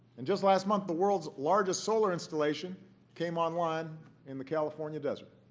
and just last month, the world's largest solar installation came online in the california desert.